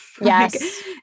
Yes